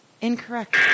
Incorrect